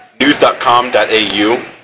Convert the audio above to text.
news.com.au